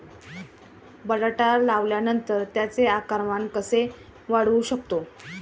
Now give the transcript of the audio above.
बटाटा लावल्यानंतर त्याचे आकारमान कसे वाढवू शकतो?